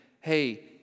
hey